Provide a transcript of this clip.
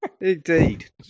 indeed